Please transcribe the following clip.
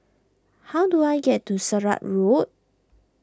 how do I get to Sirat Road